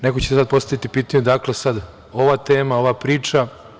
Neko će sad postaviti pitanje, odakle sada ova tema, ova priča?